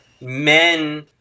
Men